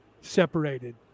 separated